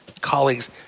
colleagues